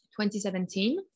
2017